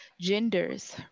genders